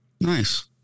Nice